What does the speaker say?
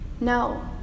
No